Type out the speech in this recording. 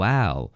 Wow